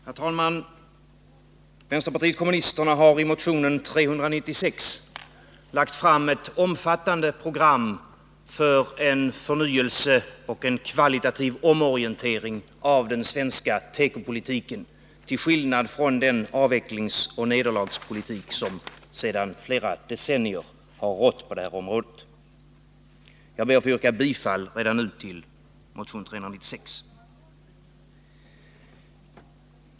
Herr talman! Vänsterpartiet kommunisterna har i motionen 396 lagt fram ett omfattande program för en förnyelse och en kvalitativ omorientering av den svenska tekopolitiken, till skillnad från den avvecklingsoch nederlagspolitik som sedan flera decennier har drivits på det här området. Jag ber att redan nu få yrka bifall till motion 396.